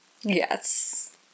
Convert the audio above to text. Yes